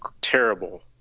terrible